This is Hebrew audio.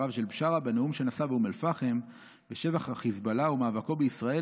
דבריו של בשארה בנאום שנשא באום אל-פחם בשבח החיזבאללה ומאבקו בישראל